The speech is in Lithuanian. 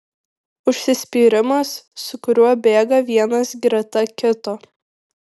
užsispyrimas su kuriuo bėga vienas greta kito